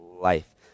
life